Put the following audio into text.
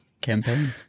campaign